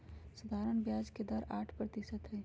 सधारण ब्याज के दर आठ परतिशत हई